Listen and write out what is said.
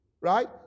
right